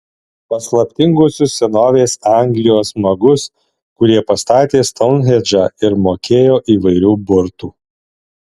paslaptinguosius senovės anglijos magus kurie pastatė stounhendžą ir mokėjo įvairių burtų